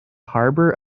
harbor